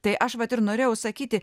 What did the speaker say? tai aš vat ir norėjau sakyti